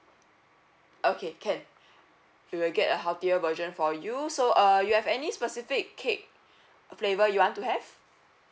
okay can we will get a healthier version for you so uh you have any specific cake flavour you want to have